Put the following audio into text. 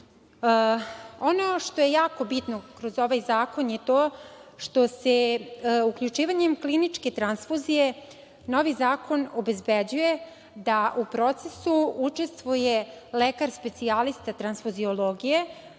što je jako bitno kroz ovaj zakon je to što se uključivanjem kliničke tranfuzije novi zakon obezbeđuje da u procesu učestvuje lekar specijalista tranfuzilogije